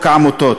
חוק העמותות.